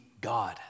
God